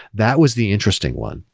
that was the interesting one.